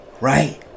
right